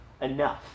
enough